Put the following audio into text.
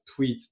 tweets